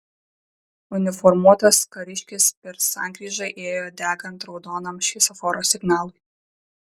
uniformuotas kariškis per sankryžą ėjo degant raudonam šviesoforo signalui